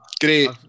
Great